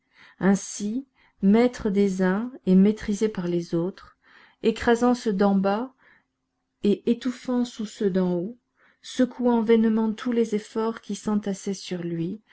ainsi maître des uns et maîtrisé par les autres écrasant ceux d'en bas et étouffant sous ceux d'en haut secouant vainement tous les efforts qui s'entassaient sur lui